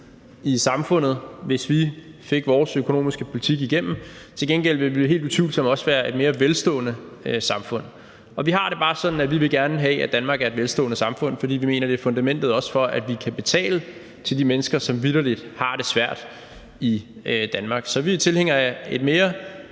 i samfundet, hvis vi fik vores økonomiske politik igennem, men til gengæld ville det utvivlsomt også være et mere velstående samfund. Og vi har det bare sådan, at vi gerne vil have, at Danmark er et velstående samfund, fordi vi mener, det også er fundamentet for, at vi kan betale til de mennesker, som vitterlig har det svært i Danmark. Så vi er tilhængere af et mere